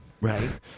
Right